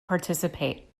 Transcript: participate